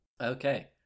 Okay